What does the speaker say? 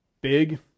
big